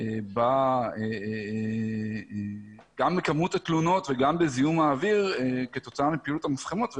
גם בכמות התלונות וגם בזיהום האוויר כתוצאה מפעילות המפחמות.